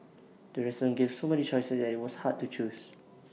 the restaurant gave so many choices that IT was hard to choose